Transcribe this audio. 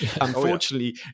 Unfortunately